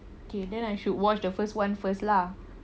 okay then I should watch the first [one] first lah